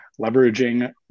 leveraging